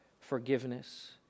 forgiveness